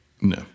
No